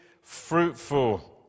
fruitful